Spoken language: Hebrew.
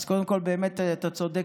אז קודם כול באמת אתה צודק.